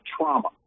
trauma